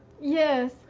Yes